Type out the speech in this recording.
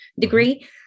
degree